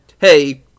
Hey